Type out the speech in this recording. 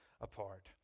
apart